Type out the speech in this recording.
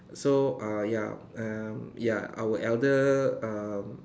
so uh ya um ya our elder um